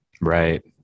Right